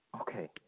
Okay